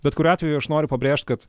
bet kuriuo atveju aš noriu pabrėžt kad